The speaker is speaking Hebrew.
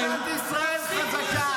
מדינת ישראל חזקה